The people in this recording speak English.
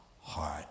heart